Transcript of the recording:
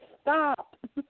stop